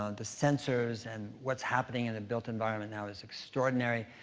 um the sensors and what's happening in the built environment now is extraordinary.